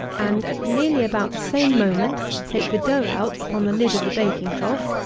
and, at nearly about the same moment, take the dough out upon the lid of the baking trough,